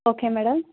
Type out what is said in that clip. okay madam